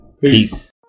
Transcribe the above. Peace